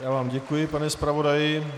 Já vám děkuji, pane zpravodaji.